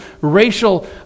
racial